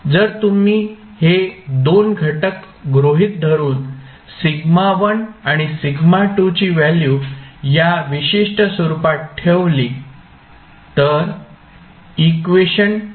जर तुम्ही हे 2 घटक गृहीत धरून σ1 आणि σ2 ची व्हॅल्यू या विशिष्ट स्वरुपात ठेवली तर इक्वेशन सुलभ करू शकतो